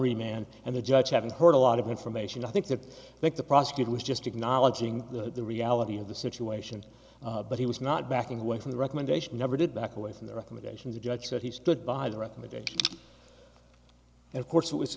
re man and the judge having heard a lot of information i think that i think the prosecutor was just acknowledging the reality of the situation but he was not backing away from the recommendation never did back away from the recommendations of judge said he stood by the recommendation and of course it was